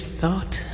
thought